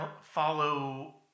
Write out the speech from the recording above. follow